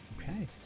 Okay